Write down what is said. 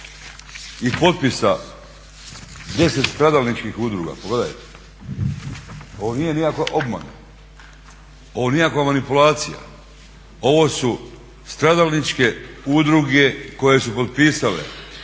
i potpisa 10 stradalničkih udruga, pogledajte, ovo nije nikakva obmana, ovo nije nikakav manipulacija, ovo su stradalničke udruge koje su potpisale,